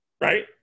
right